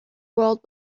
world